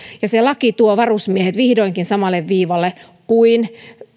se laki tuo varusmiehet vihdoinkin samalle viivalle kuin